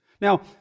now